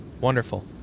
wonderful